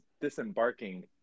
disembarking